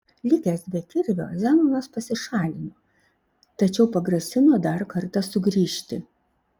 likęs be kirvio zenonas pasišalino tačiau pagrasino dar kartą sugrįžti